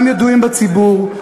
גם ידועים בציבור,